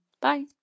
Bye